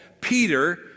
Peter